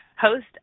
host